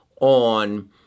on